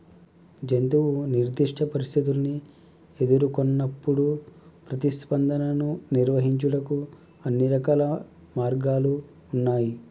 జంతువు నిర్దిష్ట పరిస్థితుల్ని ఎదురుకొన్నప్పుడు ప్రతిస్పందనను నిర్వహించుటకు అన్ని రకాల మార్గాలు ఉన్నాయి